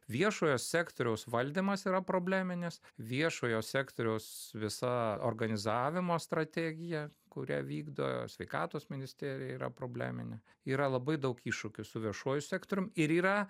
viešojo sektoriaus valdymas yra probleminis viešojo sektoriaus visa organizavimo strategija kurią vykdo sveikatos ministerija yra probleminė yra labai daug iššūkių su viešuoju sektorium ir yra